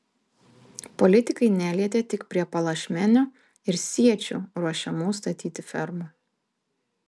politikai nelietė tik prie palašmenio ir siečių ruošiamų statyti fermų